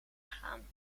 gaan